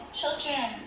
children